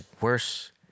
worse